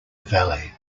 valley